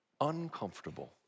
uncomfortable